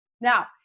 Now